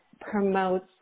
promotes